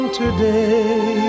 today